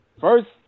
first